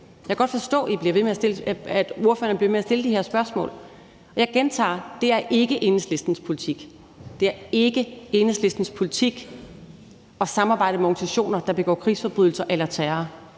Jeg kan godt forstå, at ordførerne bliver ved med at stille de her spørgsmål. Jeg gentager: Det er ikke Enhedslistens politik. Det er ikke Enhedslistens politik at samarbejde med organisationer, der begår krigsforbrydelser eller terror,